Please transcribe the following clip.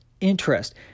interest